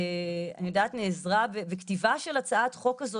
אני יודעת שהיא נעזרה בכתיבה של הצעת החוק הזו,